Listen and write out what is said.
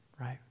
right